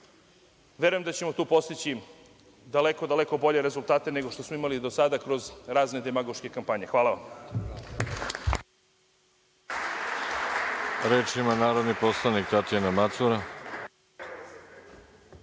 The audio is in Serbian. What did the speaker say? Verujem da ćemo tu postići daleko, daleko bolje rezultate nego što smo imali do sada kroz razne demagoške kampanje. Hvala vam.